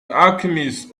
alchemist